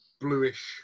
bluish